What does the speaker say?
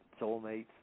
soulmates